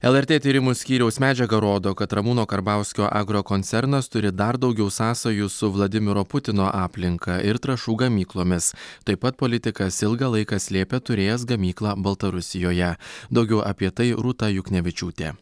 lrt tyrimų skyriaus medžiaga rodo kad ramūno karbauskio agrokoncernas turi dar daugiau sąsajų su vladimiro putino aplinka ir trąšų gamyklomis taip pat politikas ilgą laiką slėpė turėjęs gamyklą baltarusijoje daugiau apie tai rūta juknevičiūtė